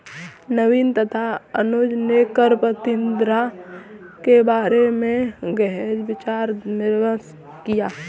नवीन तथा अनुज ने कर प्रतिस्पर्धा के बारे में गहन विचार विमर्श किया